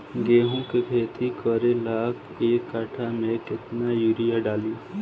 गेहूं के खेती करे ला एक काठा में केतना युरीयाँ डाली?